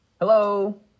Hello